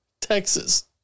Texas